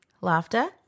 laughter